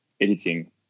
editing